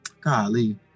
golly